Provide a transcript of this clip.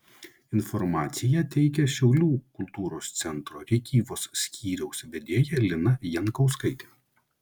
informaciją teikia šiaulių kultūros centro rėkyvos skyriaus vedėja lina jankauskaitė